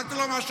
אמרת לו משהו?